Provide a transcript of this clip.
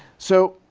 so,